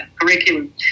curriculum